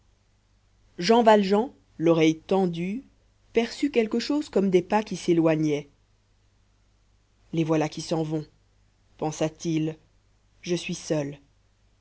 jean valjean l'oreille tendue perçut quelque chose comme des pas qui s'éloignaient les voilà qui s'en vont pensa-t-il je suis seul